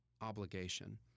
obligation